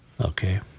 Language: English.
Okay